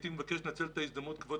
ארבעה.